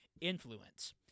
influence